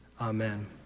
Amen